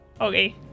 Okay